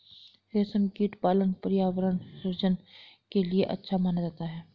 रेशमकीट पालन पर्यावरण सृजन के लिए अच्छा माना जाता है